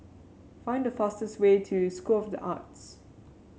find the fastest way to School of the Arts